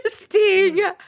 interesting